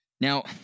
Now